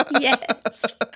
Yes